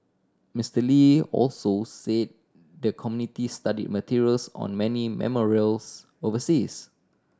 Mister Lee also say the committee study materials on many memorials overseas